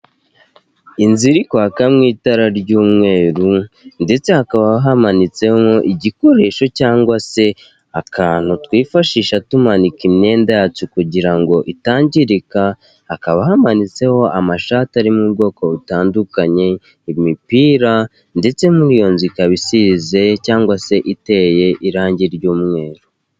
Inzu iri kwakamo itara ry'umweru, ndetse hakaba hamanitse igikoresho cyangwa se akantu twifashisha tumanika imyenda yacu kugira ngo itangirika, hakaba hamanitseho amashati ari mu ubwoko butandukanye, imipira ndetse muri iyo nzu ikaba isize cyangwa se iteye irangi ry'umweru.